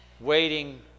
waiting